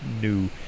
new